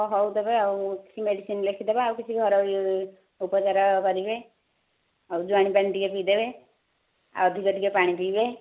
ହଁ ହେଉ ତେବେ ଆଉ କିଛି ମେଡ଼ିସିନ ଲେଖିଦେବା ଆଉ କିଛି ଘର ଉପଚାର କରିବେ ଆଉ ଜୁଆଣି ପାଣି ଟିକେ ପିଇଦେବେ ଆଉ ଅଧିକ ଟିକେ ପାଣି ପିଇବେ